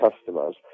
customers